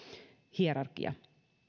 hierarkia